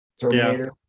Terminator